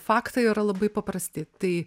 faktai yra labai paprasti tai